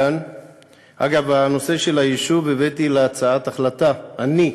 אגב הנושא של היישוב, הבאתי להצעת החלטה, אני,